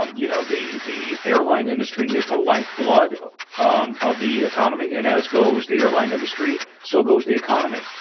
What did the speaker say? um you know, the the airline industry is the lifeblood um of the economy, and as goes the airline industry, so goes the economy.